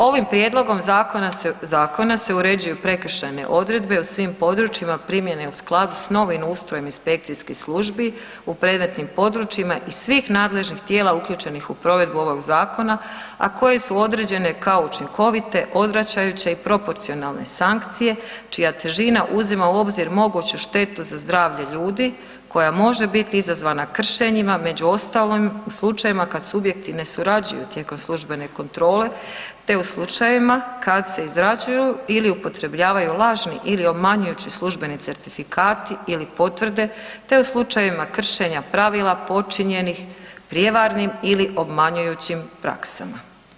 Ovim prijedlogom zakona se uređuju prekršajne odredbe o svim područjima primjene u skladu s novim ustrojem inspekcijskih službi u predmetnim područjima i svih nadležnih tijela uključenih u provedbu ovog zakona a koje su određene kao učinkovite, odvraćajuće i proporcionalne sankcije čija težina uzima u obzir moguću štetu za zdravlje ljudi koja može biti izazvana kršenjima, među ostalim slučajevima kad subjekti ne surađuju tijekom službene kontrole te u slučajevima kad se izrađuju ili upotrebljavaju lažni ili obmanjujući službenici certifikati ili potvrde te u slučajevima kršenja pravila počinjenih prijevarnim ili obmanjujućim praksama.